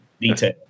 detail